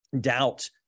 doubt